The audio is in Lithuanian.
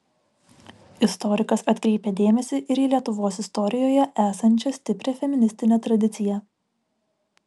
istorikas atkreipė dėmesį ir į lietuvos istorijoje esančią stiprią feministinę tradiciją